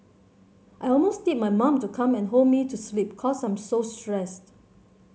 I almost need my mom to come and hold me to sleep cause I'm so stressed